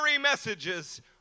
messages